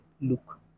look